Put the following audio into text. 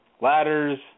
ladders